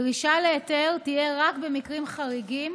דרישה להיתר תהיה רק במקרים חריגים